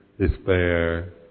despair